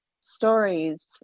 stories